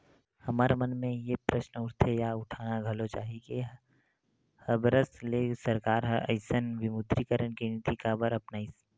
हमर मन मेर ये प्रस्न उठथे या उठाना घलो चाही के हबरस ले सरकार ह अइसन विमुद्रीकरन के नीति काबर अपनाइस?